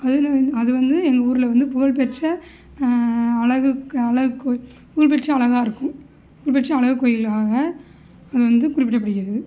அதில் அது வந்து எங்கள் ஊரில் வந்து புகழ்பெற்ற அழகுக் அழகுக்கு கோயில் புகழ் பெற்று அழகாகருக்கும் புகழ் பெற்ற அழகு கோயிலாக அது வந்து குறிப்பிடப்படுகிறது